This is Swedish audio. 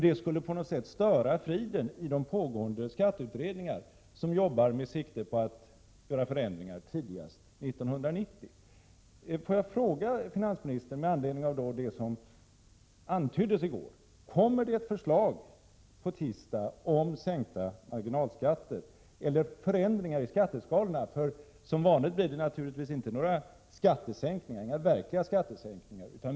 Det skulle på något sätt störa friden i de pågående skatteutredningar som arbetar med sikte på förändringar tidigast 1990. Får jag med anledning av det som antyddes i går fråga finansministern: Kommer det ett förslag på tisdag om en sänkning av marginalskatterna eller förändringar i skatteskalorna? Som vanligt blir det naturligtvis inte några verkliga skattesänkningar.